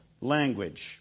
language